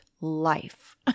life